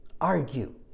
argue